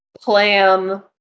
plan